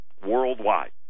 Worldwide